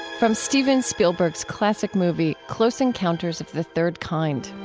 from steven spielberg's classic movie close encounters of the third kind